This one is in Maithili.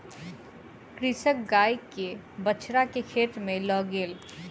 कृषक गाय के बछड़ा के खेत में लअ गेल